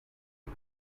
new